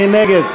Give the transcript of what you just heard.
מי נגד?